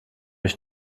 ich